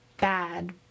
bad